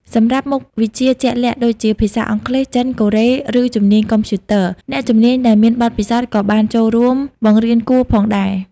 សម្រាប់មុខវិជ្ជាជាក់លាក់ដូចជាភាសា អង់គ្លេស ចិន កូរ៉េ ឬជំនាញកុំព្យូទ័រ អ្នកជំនាញដែលមានបទពិសោធន៍ក៏បានចូលរួមបង្រៀនគួរផងដែរ។